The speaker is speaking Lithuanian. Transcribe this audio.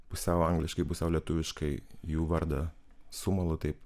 pusiau angliškai pusiau lietuviškai jų vardą sumalu taip